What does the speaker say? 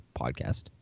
podcast